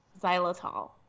Xylitol